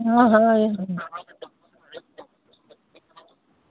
हाँ हाँ यह हाँ